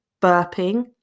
burping